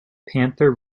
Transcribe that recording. panther